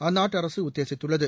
அந்நாட்டு அரசு உத்தேசித்துள்ளது